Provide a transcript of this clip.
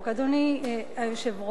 אדוני היושב-ראש,